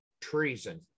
treason